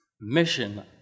mission